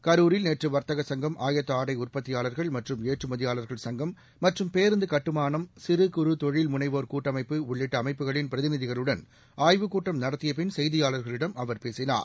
கரூரில் நேற்று வா்த்தக சங்கம் ஆயத்த ஆடை உற்பத்தியாளா்கள் மற்றும் ஏற்றுமதியாளா்கள் சுங்கம் மற்றும் பேருந்து கட்டுமானம் சிறு குறு தொழில் முனைவோா் கூட்டமைப்பு உள்ளிட்ட அமைப்புகளின் பிரதிநிதிகளுடன் ஆய்வு கூட்டம் நடத்திய பின் செய்தியாளர்களிடம் அவர் பேசினார்